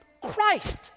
Christ